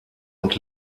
und